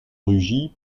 rugy